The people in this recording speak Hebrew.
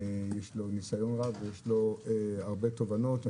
יש לו ניסיון רב והרבה תובנות.